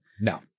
no